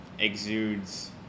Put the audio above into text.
exudes